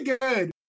good